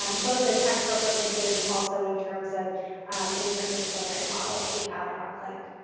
um both as expert witnesses and also in terms of an interdisciplinary model that we have in our clinic.